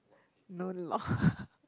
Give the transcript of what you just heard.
no lor